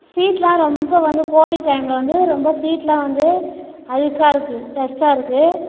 சீட்லாம் ரொம்ப வந்து கோவிட் டைம்மில் வந்து ரொம்ப சீட்லாம் வந்து அழுக்காகருக்கு டஸ்ட்டாகருக்கு